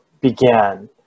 began